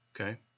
Okay